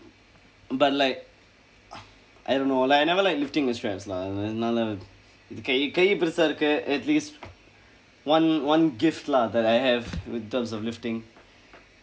but like I don't know like I never like lifting these reps lah அதனால இது கை கை பெருசா இருக்கு:athanaala ithu kai kai perusaa irukku at least one one gift lah that I have in terms of lifting